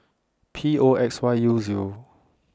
P O X Y U Zero